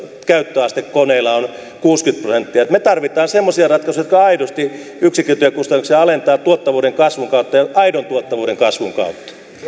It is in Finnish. käyttöaste koneilla on kuusikymmentä prosenttia me tarvitsemme semmoisia ratkaisuja jotka aidosti yksikkötyökustannuksia alentavat tuottavuuden kasvun kautta ja aidon tuottavuuden kasvun kautta